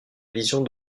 vision